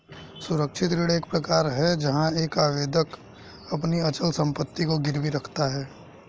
सुरक्षित ऋण एक प्रकार है जहां एक आवेदक अपनी अचल संपत्ति को गिरवी रखता है